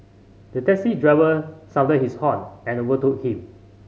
the taxi driver sounded his horn and overtook him